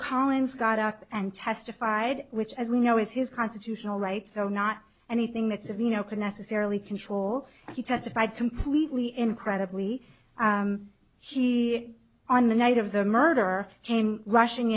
collins got out and testified which as we know is his constitutional right so not anything that's of no can necessarily control he testified completely incredibly he on the night of the murder came rushing